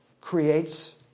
creates